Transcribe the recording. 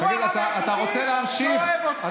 הוא הרב היחידי שאוהב אותך.